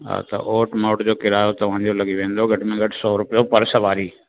हा त ओट मोट जो किरायो तव्हांजो लॻी वेंदो घटि में घटि सौ रुपयो पर सवारी